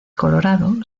colorado